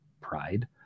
pride